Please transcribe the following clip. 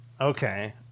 okay